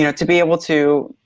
you know to be able to,